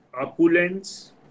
opulence